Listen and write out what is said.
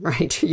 Right